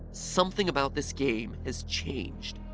something about this game has changed.